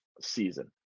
season